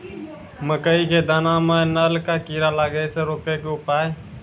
मकई के दाना मां नल का कीड़ा लागे से रोकने के उपाय?